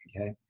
Okay